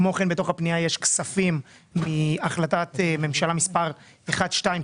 כמו כן בתוך הפנייה יש כספים מהחלטת ממשלה מספר 1278,